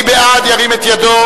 משרד התעשייה,